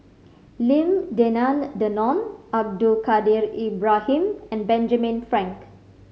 Lim Denan Denon Abdul Kadir Ibrahim and Benjamin Frank